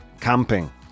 camping